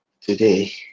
Today